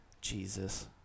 Jesus